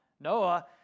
Noah